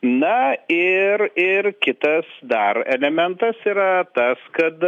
na ir ir kitas dar elementas yra tas kad